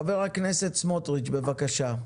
חבר הכנסת סמוטריץ', בבקשה.